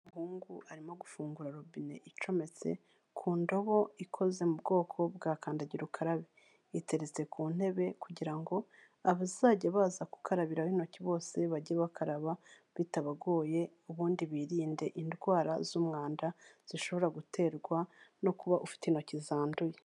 Umuhungu arimo gufungura robine icometse ku ndobo ikoze mu bwoko bwa kandagira ukarabe. Iteretse ku ntebe kugira ngo abazajya baza gukarabiraho intoki bose bajye bakaraba bitabagoye, ubundi birinde indwara z'umwanda zishobora guterwa no kuba ufite intoki zanduye.